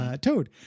Toad